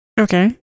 Okay